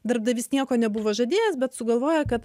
darbdavys nieko nebuvo žadėjęs bet sugalvoja kad